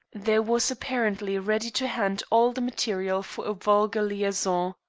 there was apparently ready to hand all the material for a vulgar liaison.